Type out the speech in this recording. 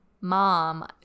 mom